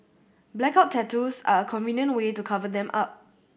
blackout tattoos are a convenient way to cover them up